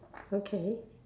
okay